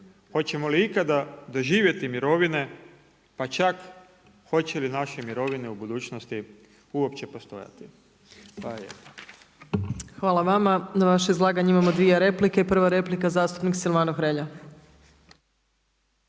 hoćemo li ikada doživjeti mirovine, pa čak hoće li naše mirovine u budućnosti uopće postojati. Hvala lijepa. **Opačić, Milanka (SDP)** Hvala lijepa. Na vaše izlaganje imamo dvije replike. Prva replika zastupnik Silvano Hrelja.